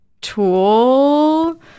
tool